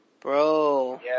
Bro